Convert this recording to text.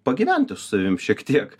pagyventi su savim šiek tiek